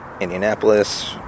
Indianapolis